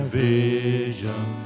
vision